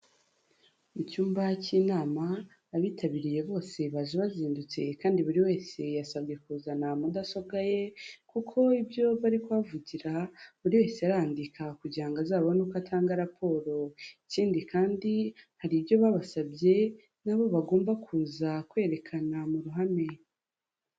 Mu cyumba cy'inama abitabiriye bose baje bazindutse kandi buri wese yasabwe kuzana mudasobwa ye; kuko ibyo bari kuhavugira buri wese arandika kugira ngo azabone uko atanga raporo; ikindi kandi hari ibyo babasabye nabo bagomba kuza kwerekana mu ruhame.